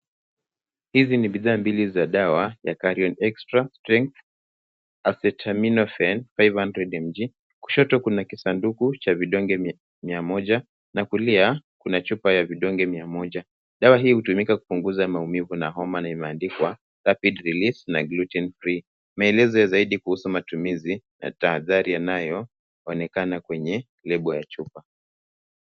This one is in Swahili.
Hizi ni bidhaa mbili za dawa ya Careone Extra strength Acetaminophen 500mg . Kushoto kuna kisanduku cha vidonge mia moja na kulia kuna chupa ya vidonge mia moja. Dawa hii hutumika kutuliza maumivu na homa na imeandikwa Rapid relief na Gluten free . Maelezo zaidi kuhusu matumizi na tahadhari yanayoonekana kwenye lebo ya chupa.